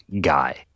Guy